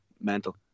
mental